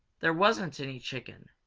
there wasn't any chicken.